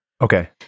okay